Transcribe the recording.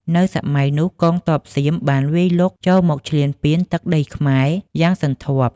នៅសម័យនោះ កងទ័ពសៀមបានវាយលុកចូលមកឈ្លានពានទឹកដីខ្មែរយ៉ាងសន្ធាប់។